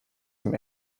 dem